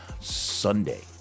Sunday